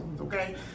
okay